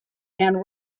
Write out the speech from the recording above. and